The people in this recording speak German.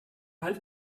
halb